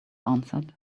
answered